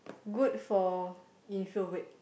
good for introvert